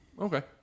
Okay